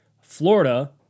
Florida